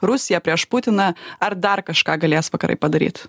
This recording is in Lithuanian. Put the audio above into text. rusiją prieš putiną ar dar kažką galės vakarai padaryt